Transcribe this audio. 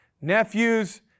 nephews